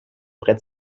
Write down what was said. brett